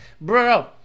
Bro